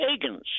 pagans